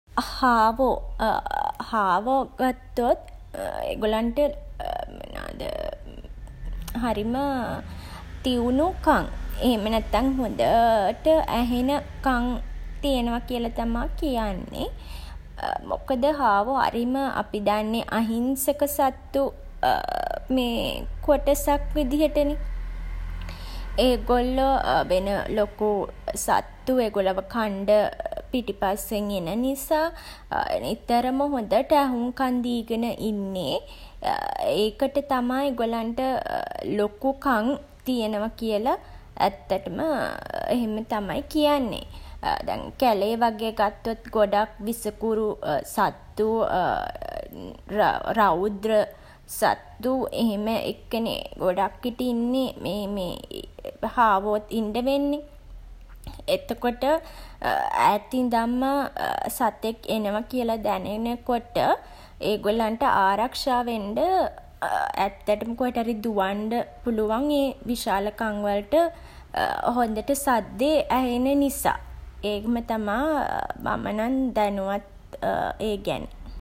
හාවෝ හාවෝ ගත්තොත් ඒගොල්ලන්ට හරිම තියුණු කන්. එහෙම නැත්තන් හොඳට ඇහෙන කන් තියනවා කියලා තමා කියන්නේ. මොකද හාවෝ හරිම අපි දන්නේ අහිංසක සත්තු කොටසක් විදිහට නේ. ඒගොල්ලෝ වෙන ලොකු සත්තු ඒගොල්ලන්ව කන්ඩ පිටිපස්සෙන් එන නිසා නිතරම හොඳට ඇහුම්කන් දීගෙන ඉන්නේ. ඒකට තමා ඒගොල්ලන්ට ලොකු කන් තියනවා කියලා ඇත්තටම එහෙම තමයි කියන්නේ. දැන් කැලේ වගේ ගත්තොත් ගොඩක් විසකුරු සත්තු රෞද්‍ර සත්තු එහෙම එක්ක නේ ගොඩක් විට ඉන්නේ හාවොත් ඉන්ඩ වෙන්නේ. එතකොට ඈත ඉඳන්ම සතෙක් එනවා කියලා දැනෙන කොට ඒගොල්ලන්ට ආරක්ෂා වෙන්ඩ ඇත්තටම කොහෙට හරි දුවන්ඩ පුළුවන් ඒ විශාල කන් වලට හොඳට සද්දේ ඇහෙන නිසා. එහෙම තමා මම නම් දැනුවත් ඒ ගැන.